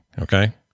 Okay